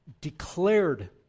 Declared